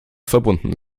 verbunden